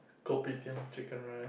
kopitiam chicken rice